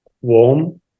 warm